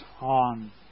on